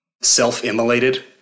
self-immolated